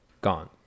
gone